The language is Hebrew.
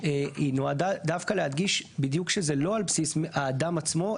היא נועדה דווקא להדגיש בדיוק שזה לא על בסיס האדם עצמו,